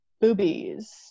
boobies